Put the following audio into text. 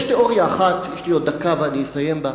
יש לי עוד דקה ואני אסיים בה.